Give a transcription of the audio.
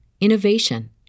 innovation